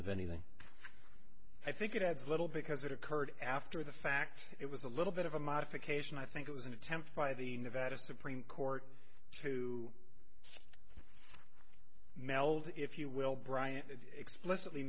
of anything i think it adds little because it occurred after the fact it was a little bit of a modification i think it was an attempt by the nevada supreme court to meld if you will bryant explicitly